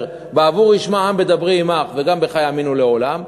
"בעבור ישמע העם בדברי עמך וגם בך יאמינו לעולם",